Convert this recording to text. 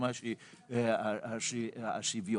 השוויון.